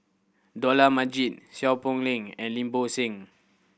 Dollah Majid Seow Poh Leng and Lim Bo Seng